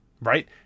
Right